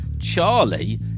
charlie